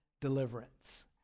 deliverance